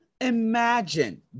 Imagine